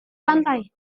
lantai